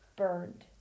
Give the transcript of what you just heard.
burned